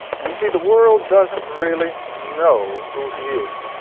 and you see, the world doesnt really know who he is.